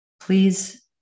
Please